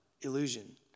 illusion